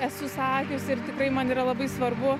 esu sakiusi ir tikrai man yra labai svarbu